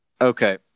Okay